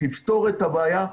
תפתור את הבעיה.